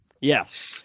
Yes